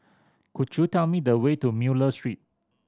could you tell me the way to Miller Street